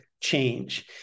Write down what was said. change